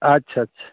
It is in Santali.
ᱟᱪᱪᱷᱟ ᱟᱪᱷᱟ